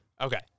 okay